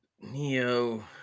Neo